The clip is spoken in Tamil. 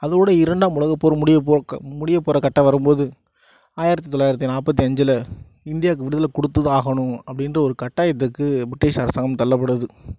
அதோடு இரண்டாம் உலகப்போர் முடிய போக்க முடியப் போற கட்டம் வரும் போது ஆயிரத்தி தொள்ளாயிரத்தி நாற்பத்தி அஞ்சில் இந்தியாவுக்கு விடுதலை கொடுத்து தான் ஆகணும் அப்படினு ஒரு கட்டாயத்துக்கு பிரிட்டிஷ் அரசாங்கம் தள்ளப்படுது